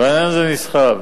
והעניין הזה נסחב.